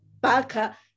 Baca